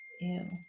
Ew